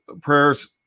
prayers